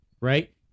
Right